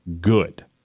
good